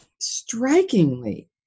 strikingly